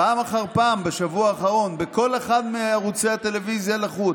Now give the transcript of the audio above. פעם אחר פעם בשבוע האחרון בכל אחד מערוצי הטלוויזיה לחוד